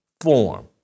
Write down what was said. form